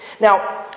Now